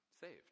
saved